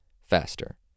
faster